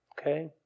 Okay